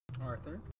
Arthur